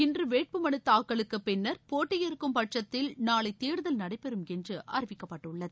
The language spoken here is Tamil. இன்று வேட்பு மலு தாக்கலுக்கு பின்னர் போட்டியிருக்கும் பட்சத்தில் நாளை தேர்தல் நடைபெறும் என்று அறிவிக்கப்பட்டுள்ளது